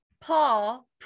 Paul